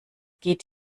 geht